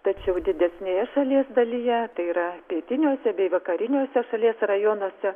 tačiau didesnėje šalies dalyje tai yra pietiniuose bei vakariniuose šalies rajonuose